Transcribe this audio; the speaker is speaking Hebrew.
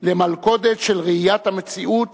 למלכודת של ראיית המציאות